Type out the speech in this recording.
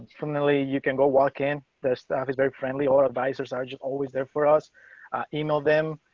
familiarly you can go walk in. this is very friendly or advisors are always there for us email them.